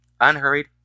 unhurried